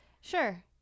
sure